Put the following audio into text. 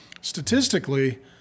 statistically